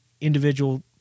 individual